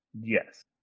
Yes